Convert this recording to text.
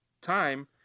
time